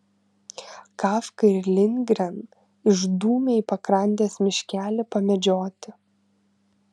kafka ir lindgren išdūmė į pakrantės miškelį pamedžioti